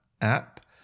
app